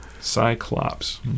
Cyclops